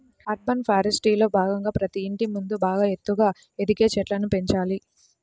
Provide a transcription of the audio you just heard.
urban ఫారెస్ట్రీలో భాగంగా ప్రతి ఇంటి ముందు బాగా ఎత్తుగా ఎదిగే చెట్లను పెంచాలి